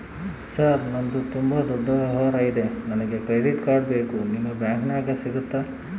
Sir ನಂದು ತುಂಬಾ ದೊಡ್ಡ ವ್ಯವಹಾರ ಇದೆ ನನಗೆ ಕ್ರೆಡಿಟ್ ಕಾರ್ಡ್ ಬೇಕು ನಿಮ್ಮ ಬ್ಯಾಂಕಿನ್ಯಾಗ ಸಿಗುತ್ತಾ?